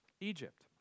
Egypt